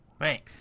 Right